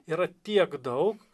yra tiek daug